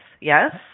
yes